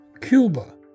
Cuba